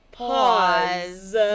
pause